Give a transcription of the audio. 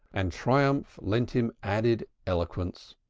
and triumph lent him added eloquence.